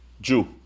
Jew